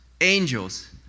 angels